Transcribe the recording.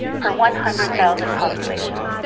per one hundred thousand population.